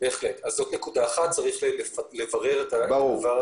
אז זאת נקודה אחת שצריך לברר היטב.